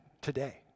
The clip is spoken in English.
today